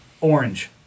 orange